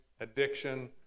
addiction